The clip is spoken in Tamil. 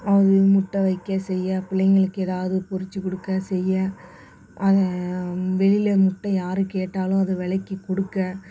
அது முட்டை வைக்க செய்ய பிள்ளைங்களுக்கு ஏதாவது பொறித்து கொடுக்க செய்ய அதை வெளியில் முட்டை யார் கேட்டாலும் அதை விலைக்கி கொடுக்க